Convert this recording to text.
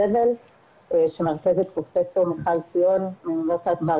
הזבל שמנהלת אותו פרופסור מיכל שיאון מאוניברסיטת בר